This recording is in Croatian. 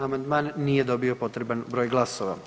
Amandman nije dobio potreban broj glasova.